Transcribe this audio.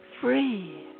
free